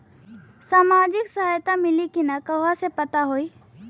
सामाजिक सहायता मिली कि ना कहवा से पता होयी?